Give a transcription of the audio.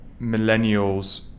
millennials